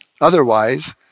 Otherwise